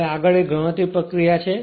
હવે આગળ એક ગણતરી પ્રક્રિયા છે